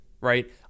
right